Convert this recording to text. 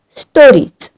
stories